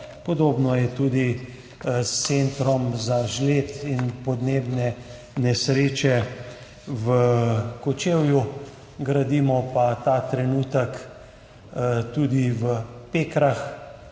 Podobno je tudi s centrom za žled in podnebne nesreče v Kočevju. Gradimo ta trenutek tudi v Pekrah,